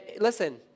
Listen